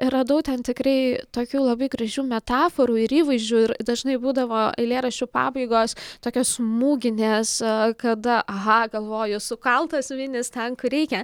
radau ten tikrai tokių labai gražių metaforų ir įvaizdžių ir dažnai būdavo eilėraščių pabaigos tokios smūginės kada aha galvoju sukaltos vinys ten kur reikia